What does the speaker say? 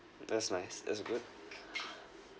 that's nice that's good